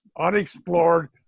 unexplored